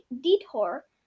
detour